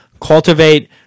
cultivate